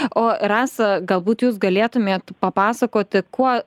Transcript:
o rasa galbūt jūs galėtumėt papasakoti kuo